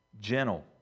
gentle